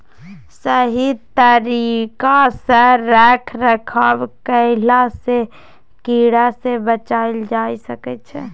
सही तरिका सँ रख रखाव कएला सँ कीड़ा सँ बचल जाए सकई छै